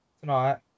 tonight